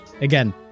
again